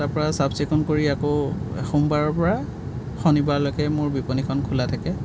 তাৰপৰা চাফচিকুণ কৰি আকৌ সোমবাৰৰপৰা শনিবাৰলৈকে মোৰ বিপণিখন খোলা থাকে